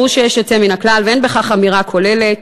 ברור שיש יוצא מן הכלל ואין בכך אמירה כוללת,